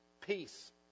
peace